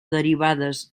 derivades